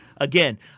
again